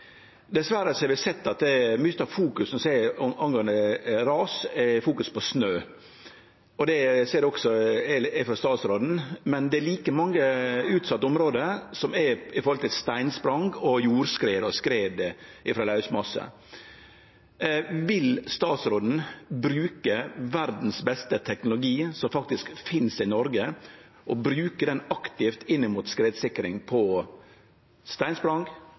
Dessverre har vi sett at mykje av det som handlar om ras, fokuserer på snø. Det ser eg også frå statsråden. Men det er like mange utsette område når det gjeld steinsprang, jordskred og skred frå lausmassar. Vil statsråden bruke verdas beste teknologi, som faktisk finst i Noreg, og bruke han aktivt inn mot skredsikring innanfor områda steinsprang